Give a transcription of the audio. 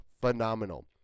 phenomenal